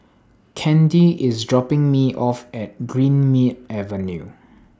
Candi IS dropping Me off At Greenmead Avenue